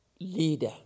leader